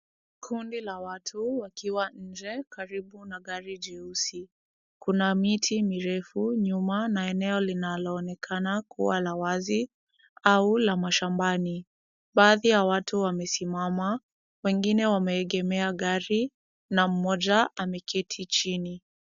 Kundi la watu, wakiwa nje karibu na gari jeusi. Kuna miti mirefu nyuma na eneo linaloonekana kuwa la wazi au la mashambani. Baadhi ya watu wamesimama, wengine wameegemea gari na mmoja ameketi chini.